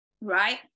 right